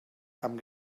amb